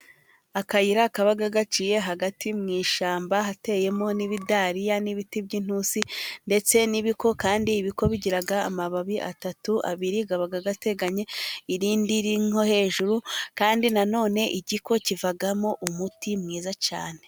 Akayira kaba gacyiye hagati mu ishyamba hateyemo n'ibidariya n'ibiti by'intusi. Ndetse n'ibiko kandi ibiko bigira amababi atatu abiri aba ateganye n'irindi rito, hejuru kandi nanone hari igiti kivamo umuti mwiza cyane.